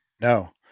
No